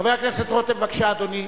חבר הכנסת רותם, בבקשה, אדוני.